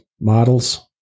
models